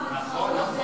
נכון.